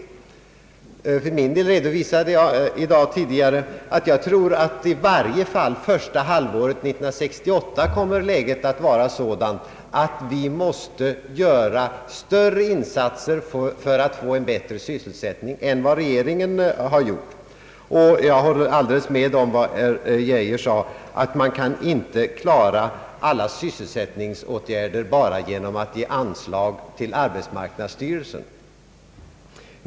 För min del redovisade jag tidigare i dag att jag tror att i varje fall under första halvåret 1968 kommer läget att vara sådant, att vi för att få en bättre sysselsättning måste göra större insatser än vad regeringen har föreslagit, och jag håller helt med herr Geijer om att man inte kan klara alla sysselsättningsåtgärder bara genom att ge anslag till arbetsmarknadsstyrelsen.